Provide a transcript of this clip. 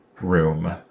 room